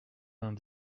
vingt